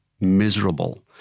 miserable